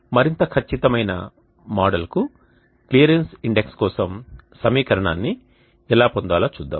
మరింత ఖచ్చితమైన మోడల్కు క్లియరెన్స్ ఇండెక్స్ కోసం సమీకరణాన్ని ఎలా పొందాలో చూద్దాం